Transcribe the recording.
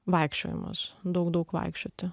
vaikščiojimas daug daug vaikščioti